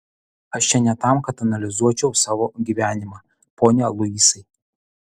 aš čia ne tam kad analizuočiau savo gyvenimą pone luisai